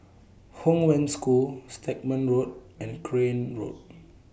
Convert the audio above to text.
Hong Wen School Stagmont Road and Crane Road